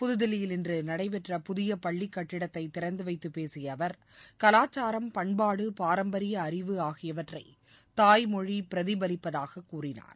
புதுதில்லியில் இன்று நடைபெற்ற புதிய பள்ளிக் கட்டிடத்தை திறந்து வைத்துப் பேசிய அவர் கலாச்சாரம் பண்பாடு பாரம்பரிய அறிவு ஆகியவற்றை தாய்மொழி பிரதிபலிப்பதாக கூறினார்